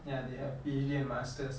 ya they have P_H_D and masters